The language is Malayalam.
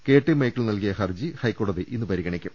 കെ ടി മൈക്കിൾ നൽകിയ ഹർജി ഹൈക്കോടതി ഇന്ന് പരിഗണിക്കും